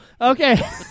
Okay